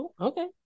Okay